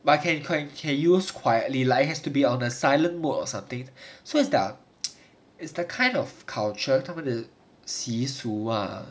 but you can't quite you can use quietly lah has to be on the silent mode or something so it's the it's the kind of culture 他们的习俗 lah